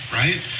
right